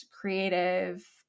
creative